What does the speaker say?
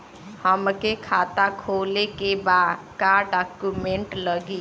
हमके खाता खोले के बा का डॉक्यूमेंट लगी?